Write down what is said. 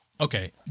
Okay